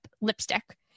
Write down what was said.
lipstick